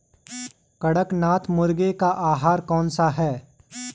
कड़कनाथ मुर्गे का आहार कौन सा है?